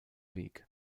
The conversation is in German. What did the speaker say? weg